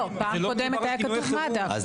לא, פעם קודמת היה כתוב מד"א.